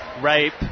rape